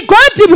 God